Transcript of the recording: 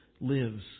lives